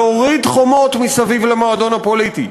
להוריד חומות סביב המועדון הפוליטי,